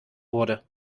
wurde